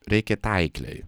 reikia taikliai